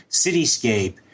cityscape